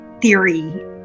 theory